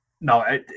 No